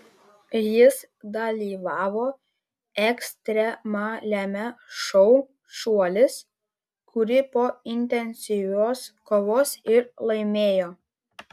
jis dalyvavo ekstremaliame šou šuolis kurį po intensyvios kovos ir laimėjo